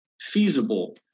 feasible